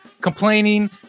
complaining